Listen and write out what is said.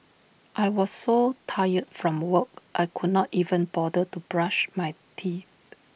I was so tired from work I could not even bother to brush my teeth